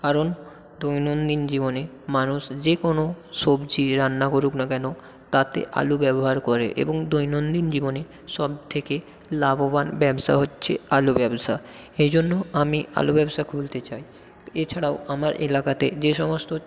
কারণ দৈনন্দিন জীবনে মানুষ যে কোনো সবজি রান্না করুক না কেন তাতে আলু ব্যবহার করে এবং দৈনন্দিন জীবনে সবথেকে লাভবান ব্যবসা হচ্ছে আলু ব্যবসা এই জন্য আমি আলু ব্যবসা খুলতে চাই এছাড়াও আমার এলাকাতে যে সমস্ত